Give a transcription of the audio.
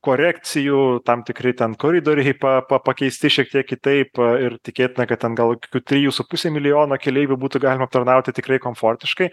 korekcijų tam tikri ten koridoriai pa pa pakeisti šiek tiek kitaip ir tikėtina kad ten gal kokių trijų su puse milijono keleivių būtų galima aptarnauti tikrai komfortiškai